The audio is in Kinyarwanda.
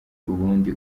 ubundi